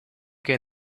che